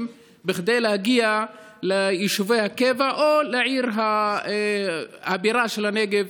כדי להגיע ליישובי הקבע או לעיר הבירה של הנגב,